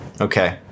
Okay